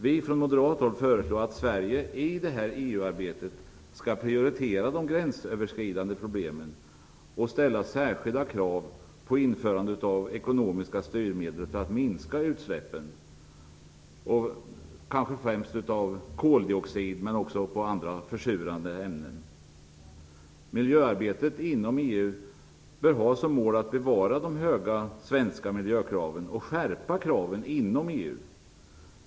Vi från moderat håll föreslår att Sverige i detta EU arbete skall prioritera de gränsöverskridande problemen och ställa särskilda krav på införande av ekonomiska styrmedel för att minska utsläppen, kanske främst av koldioxid men också av andra försurande ämnen. Miljöarbetet inom EU bör ha som mål att bevara de höga svenska miljökraven och skärpa kraven inom EU.